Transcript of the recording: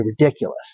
ridiculous